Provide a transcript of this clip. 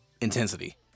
intensity